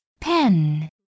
Pen